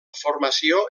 formació